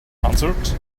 answered